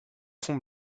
fond